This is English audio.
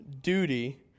duty